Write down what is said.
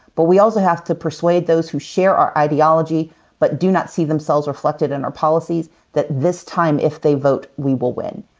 but we also have to persuade those who share our ideology but do not see themselves reflected in our policies that this time if they vote, we will win.